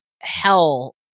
hell